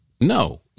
No